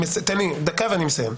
דקה, ואני מסיים.